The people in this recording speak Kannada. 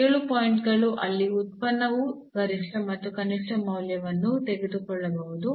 7 ಪಾಯಿಂಟ್ ಗಳು ಅಲ್ಲಿ ಉತ್ಪನ್ನವು ಗರಿಷ್ಠ ಅಥವಾ ಕನಿಷ್ಠ ಮೌಲ್ಯವನ್ನು ತೆಗೆದುಕೊಳ್ಳಬಹುದು